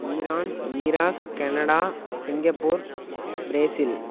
Iran Iraq Canada Singapore Brazil